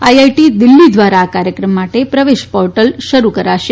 IIT Delhi દ્વારા આ કાર્યક્રમ માટે પ્રવેશ પોર્ટલ શરૂ કરાશે